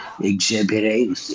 exhibiting